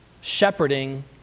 shepherding